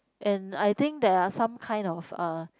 and I think there are some kind of uh